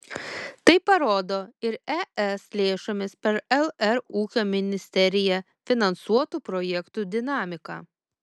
tai parodo ir es lėšomis per lr ūkio ministeriją finansuotų projektų dinamika